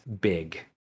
big